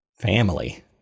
Family